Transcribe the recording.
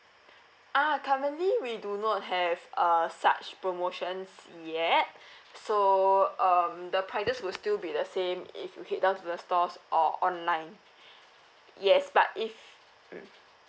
ah currently we do not have uh such promotions yet so um the prices would still be the same if you head down to the stores or online yes but if mm